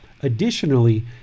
Additionally